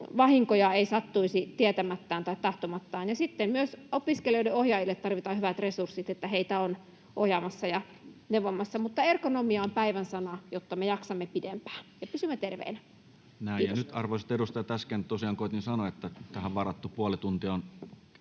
vahinkoja ei sattuisi tietämättään tai tahtomattaan. Ja sitten myös opiskelijoiden ohjaajille tarvitaan hyvät resurssit, että heitä on ohjaamassa ja neuvomassa. Mutta ergonomia on päivän sana, jotta me jaksamme pidempään ja pysymme terveinä. — Kiitos. [Speech 141] Speaker: Toinen varapuhemies Juho